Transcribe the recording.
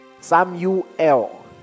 Samuel